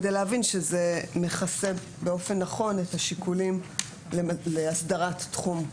כדי להבין שזה מכסה באופן נכון את השיקולים להסדרת תחום,